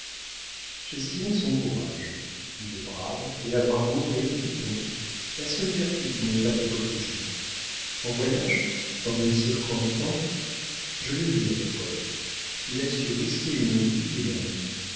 j'estimais son courage il est brave et la bravoure est dit-on la seule vertu qui n'ait pas d'hypocrisie en voyage dans une circonstance je l'ai vu à l'épreuve il a su risquer une vie qu'il aime